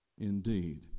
indeed